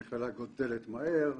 המכללה גדלה מהר.